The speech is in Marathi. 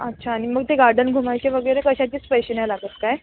अच्छा आणि मग ते गार्डन घुमायचे वगैरे कशाचेच पैसे नाही लागत काय